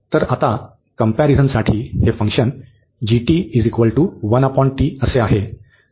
तर आता कम्पॅरिझनसाठी हे फंक्शन आहे